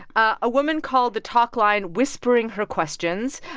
a woman called the talk line, whispering her questions.